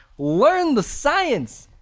learn the science,